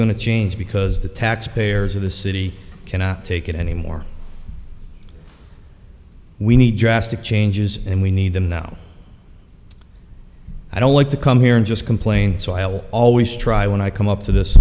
to change because the taxpayers of the city cannot take it anymore we need drastic changes and we need them now i don't like to come here and just complain so i will always try when i come up to this